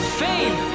fame